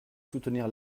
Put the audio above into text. soutenir